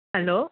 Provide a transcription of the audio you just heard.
hello